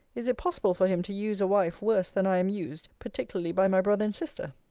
is it possible for him to use a wife worse than i am used particularly by my brother and sister?